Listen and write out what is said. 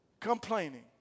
Complaining